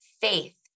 Faith